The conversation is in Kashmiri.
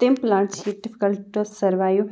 تِم پٕلانٛٹ چھِ ییٚتہِ ڈِفکَلٹ سٔروایِو